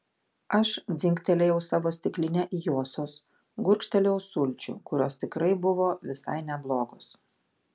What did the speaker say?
aš dzingtelėjau savo stikline į josios gurkštelėjau sulčių kurios tikrai buvo visai neblogos